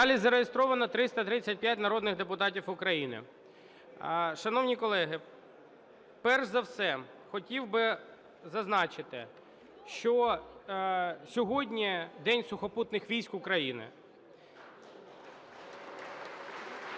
залі зареєстровано 335 народних депутатів України. Шановні колеги, перш за все, хотів би зазначити, що сьогодні День Сухопутних військ України.